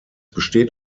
besteht